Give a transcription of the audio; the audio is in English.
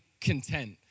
content